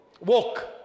walk